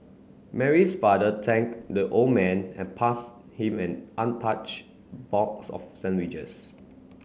Mary's father thanked the old man and passed him an untouched box of sandwiches